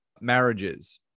marriages